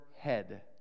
head